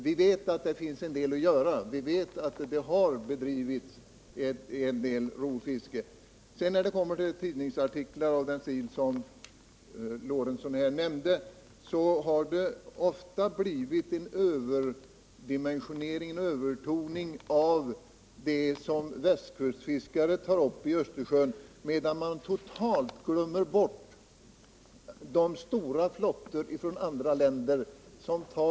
Vi vet att det har bedrivits rovfiske och att det finns en del att göra. I tidningsartiklar av det slag Gustav Lorentzon här nämnde har man ofta alltför mycket framhävt vad västkustliskare tar upp i Östersjön, medan man totalt glömt bort vad stora flottor från andra länder tar upp.